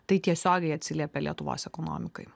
tai tiesiogiai atsiliepia lietuvos ekonomikai